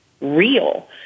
real